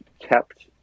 kept